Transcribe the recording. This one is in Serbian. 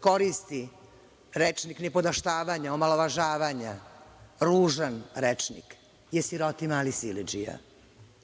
koristi rečnik nipodaštavanja, omalovažavanja, ružan rečnik, je siroti mali siledžija,